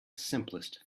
simplest